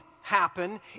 happen